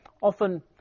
often